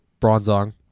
Bronzong